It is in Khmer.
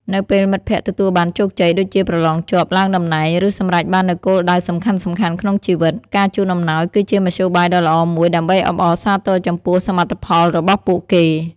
នៅពេលមិត្តភក្តិទទួលបានជោគជ័យ ដូចជាប្រឡងជាប់ ឡើងតំណែង ឬសម្រេចបាននូវគោលដៅសំខាន់ៗក្នុងជីវិត ការជូនអំណោយគឺជាមធ្យោបាយដ៏ល្អមួយដើម្បីអបអរសាទរចំពោះសមិទ្ធផលរបស់ពួកគេ។